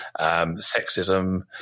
sexism